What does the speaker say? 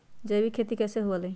जैविक खेती कैसे हुआ लाई?